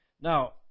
Now